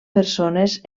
persones